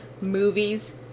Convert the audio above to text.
movies